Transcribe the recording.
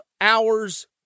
hours